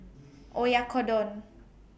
Oyakodon